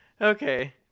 Okay